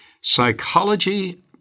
psychology